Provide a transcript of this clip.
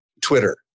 Twitter